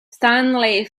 stanley